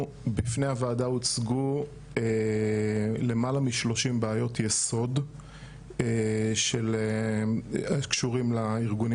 בפני הוועדה שלנו הוצגו למעלה מ-30 בעיות יסוד אשר קשורות לארגונים